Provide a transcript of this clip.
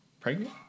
pregnant